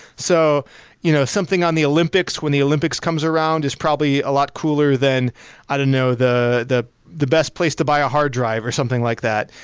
so you know something on the olympics, when the olympics comes around, is probably a lot cooler than i don't know the the best place to buy a hard drive or something like that.